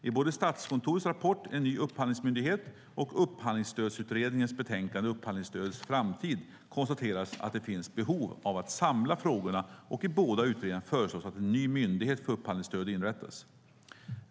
I både Statskontorets rapport En ny upphandlingsmyndighet och Upphandlingsstödsutredningens betänkande Upphandlingsstödets framtid konstateras att det finns behov av att samla frågorna. I båda utredningarna föreslås att en ny myndighet för upphandlingsstöd inrättas.